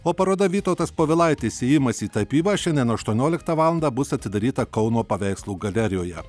o paroda vytautas povilaitis įėjimas į tapybą šiandien aštuonioliktą valandą bus atidaryta kauno paveikslų galerijoje